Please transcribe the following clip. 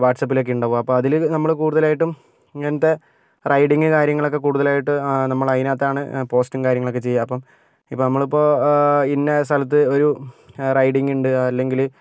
വാട്ട്സാപ്പിലൊക്കെ ഉണ്ടാകും അപ്പോൾ അതിൽ നമ്മൾ കൂടുതലായിട്ടും ഇങ്ങനത്തെ റൈഡിംഗ് കാര്യങ്ങളൊക്കെ കൂടുതലായിട്ട് നമ്മളതിനകത്താണ് പോസ്റ്റും കാര്യങ്ങളും ഒക്കെ ചെയ്യുക അപ്പം ഇപ്പം നമ്മളിപ്പോൾ ഇന്ന സ്ഥലത്ത് ഒരു റൈഡിംഗ് ഉണ്ട് അല്ലെങ്കിൽ